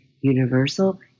universal